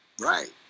Right